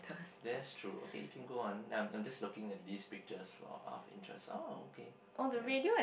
that's true okay you can go on I'm I'm just looking at these pictures for half interest oh okay